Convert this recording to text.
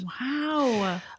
Wow